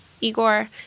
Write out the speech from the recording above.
Igor